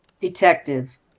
Detective